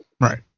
Right